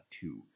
two